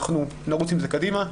אנחנו נרוץ עם זה קדימה.